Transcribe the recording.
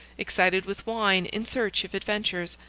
excited with wine, in search of adventures.